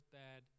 bad